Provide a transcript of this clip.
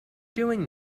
doing